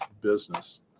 business